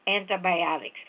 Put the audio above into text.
antibiotics